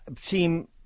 seem